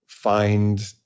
find